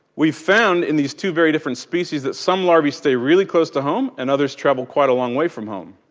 we found in these two very different species that some larvae stay really close to home and others travel quite a long way from home.